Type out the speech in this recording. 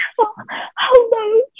hello